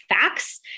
facts